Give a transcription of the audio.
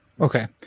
okay